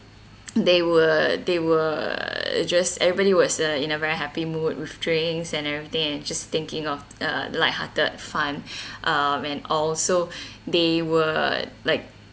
they were they were just everybody was uh in a very happy mood with drinks and everything and just thinking of uh light hearted fun um and also they were like